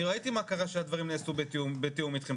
ראיתי מה קרה כשהדברים נעשו בתיאום אתכם,